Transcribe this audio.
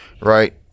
right